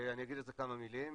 אני אגיד על זה כמה מילים.